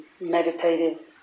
meditative